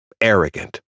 arrogant